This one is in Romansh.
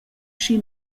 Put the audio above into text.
schi